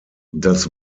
das